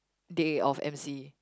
day of m_c